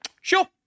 Sure